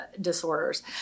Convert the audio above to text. disorders